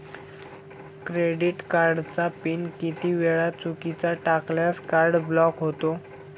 Credit कार्डचा pin किती वेळा चुकीचा टाकल्यास कार्ड ब्लॉक होते?